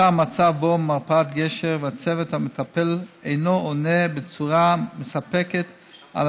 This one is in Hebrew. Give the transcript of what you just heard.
נוצר מצב שבו מרפאת גשר והצוות המטפל אינם עונים בצורה מספקת על